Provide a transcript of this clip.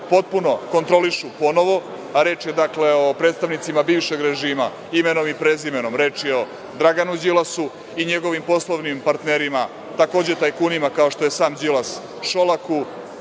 potpuno kontrolišu ponovo, a reč je, dakle, o predstavnicima bivšeg režima, imenom i prezimenom, reč je o Draganu Đilasu i njegovim poslovnim partnerima, takođe tajkunima kao što je sam Đilas, Šolaku,